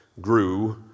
grew